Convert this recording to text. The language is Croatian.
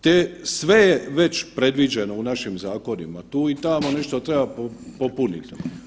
Te sve je već predviđeno u našim zakonima, tu i tamo nešto treba popuniti.